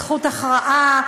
זכות הכרעה,